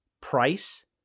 Price